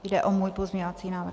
Jde o můj pozměňovací návrh.